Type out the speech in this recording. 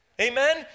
Amen